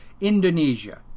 Indonesia